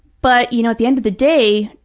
but, you know, at the end of the day,